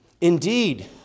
Indeed